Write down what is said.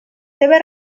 seves